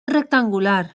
rectangular